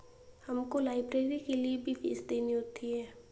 हमको लाइब्रेरी के लिए भी फीस देनी होती है